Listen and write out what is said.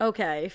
Okay